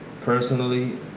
personally